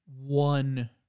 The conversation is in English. one